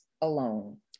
alone